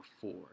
four